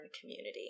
community